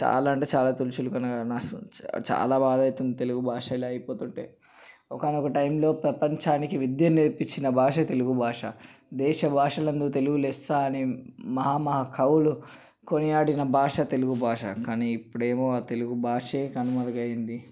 చాలా అంటే చాలా చులకన అసలు చాలా బాధైతుంది తెలుగు భాష ఇలా అయిపోతుంటే ఒక నొక టైంలో ప్రపంచానికి విద్యను నేర్పించిన భాష తెలుగు భాష దేశభాషలందు తెలుగు లెస్స అనే మహా మహా కవులు కొనియాడిన భాష తెలుగు భాష కానీ ఇప్పుడేమో ఆ తెలుగు భాష కనుమరుగైపోయింది